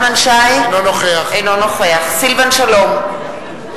אינו נוכח סילבן שלום,